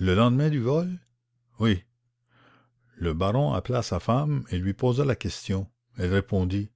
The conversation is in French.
le lendemain du vol oui le baron appela sa femme et lui posa la question elle répondit